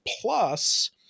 plus